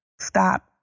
stop